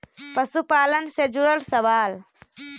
पशुपालन से जुड़ल सवाल?